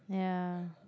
ya